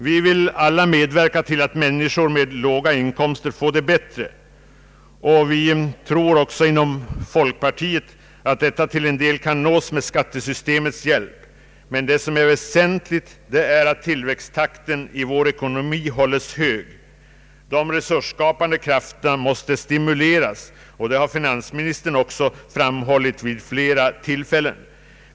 Vi vill alla medverka till att människor med låga inkomster får det bättre, och vi tror också inom folkpartiet att detta till en del kan nås med skattesystemets hjälp, men det väsentliga är att tillväxttakten i vår ekonomi hålles hög. De resursskapande krafterna måste stimuleras. Detta har finansministern också framhållit vid flera tillfällen.